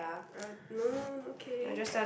uh no okay